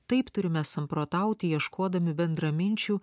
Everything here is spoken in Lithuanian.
taip turime samprotauti ieškodami bendraminčių